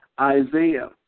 Isaiah